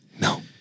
No